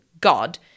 God